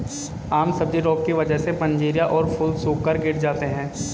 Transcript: आम सब्जी रोग की वजह से मंजरियां और फूल सूखकर गिर जाते हैं